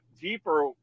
deeper